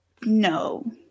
No